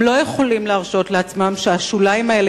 הם לא יכולים להרשות לעצמם שהשוליים האלה